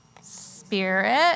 Spirit